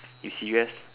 you serious